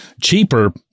cheaper